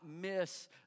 miss